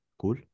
cool